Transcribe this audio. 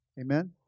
Amen